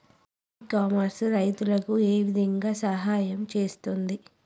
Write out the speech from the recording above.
ఇ commerce రైతులకు ఏ విధంగా సహాయం చేస్తుంది?